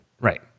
Right